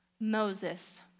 Moses